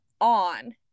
on